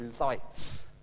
lights